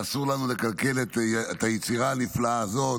ואסור לנו לקלקל את היצירה הנפלאה הזאת.